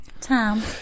Tom